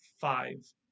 five